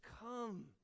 come